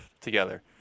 together